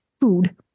food